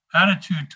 attitude